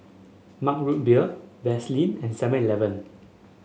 Mug Root Beer Vaseline and Seven Eleven